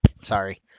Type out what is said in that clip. Sorry